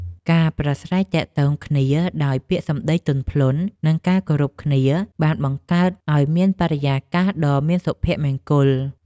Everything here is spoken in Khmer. ការប្រាស្រ័យទាក់ទងគ្នាដោយពាក្យសម្ដីទន់ភ្លន់ និងការគោរពគ្នាបានបង្កើតឱ្យមានបរិយាកាសដ៏មានសុភមង្គល។